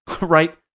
right